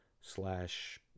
slash